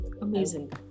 amazing